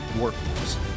workforce